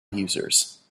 users